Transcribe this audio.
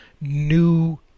new